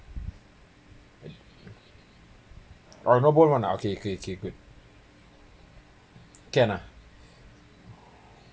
orh no bone one uh okay okay okay good can ah